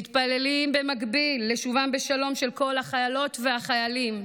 ומתפללים במקביל לשובם בשלום של כל החיילות והחיילים.